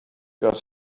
god